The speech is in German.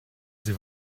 sie